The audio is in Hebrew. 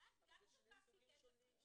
ואז, גם שפכתי כסף ציבורי